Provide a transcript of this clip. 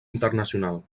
internacional